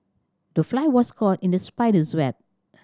the fly was caught in the spider's web